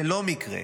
זה לא מקרה,